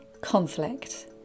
Conflict